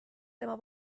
tema